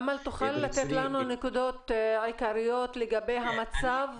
אמל, תוכל לתת לנו נקודות עיקריות לגבי המצב?